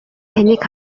таныг